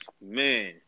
Man